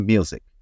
Music